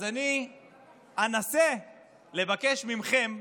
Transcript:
אז אני אנסה לבקש מכם,